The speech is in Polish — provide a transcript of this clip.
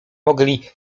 mogli